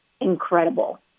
incredible